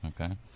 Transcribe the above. Okay